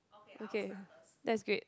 okay that's great